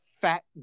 fat